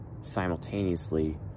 simultaneously